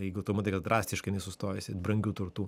jeigu tu matai kad drastiškai jinai sustojusi brangių turtų